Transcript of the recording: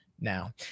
now